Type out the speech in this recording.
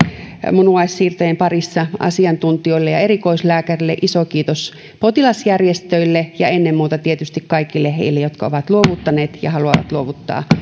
munuaissiirtojen parissa asiantuntijoille ja erikoislääkäreille iso kiitos potilasjärjestöille ja ennen muuta tietysti kaikille heille jotka ovat luovuttaneet ja haluavat luovuttaa